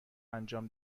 انجام